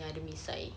yang ada misai